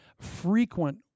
frequent